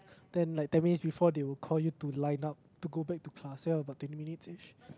then like that means before they will call you to line up to go back to class there about twenty minutes-ish